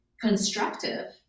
constructive